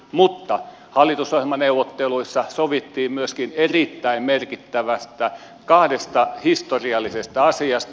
mutta hallitusohjelmaneuvotteluissa sovittiin myöskin kahdesta erittäin merkittävästä historiallisesta asiasta